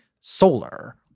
solar